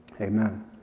Amen